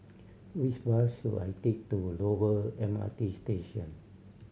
which bus should I take to Dover M R T Station